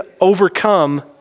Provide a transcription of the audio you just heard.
overcome